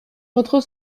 votre